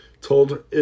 told